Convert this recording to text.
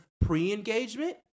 pre-engagement